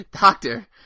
Doctor